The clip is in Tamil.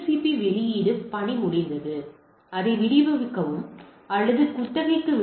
பி வெளியீட்டு பணி முடிந்தது அதை விடுவிக்கவும் அல்லது குத்தகைக்கு விடவும்